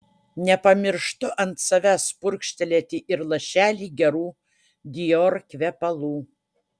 nepamirštu ant savęs purkštelėti ir lašelį gerų dior kvepalų